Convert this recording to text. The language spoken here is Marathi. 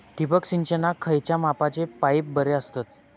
ठिबक सिंचनाक खयल्या मापाचे पाईप बरे असतत?